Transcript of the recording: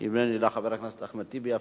אם ככה, אם השר שומע, אדוני השר,